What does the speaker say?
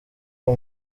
uwo